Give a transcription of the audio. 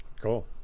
Cool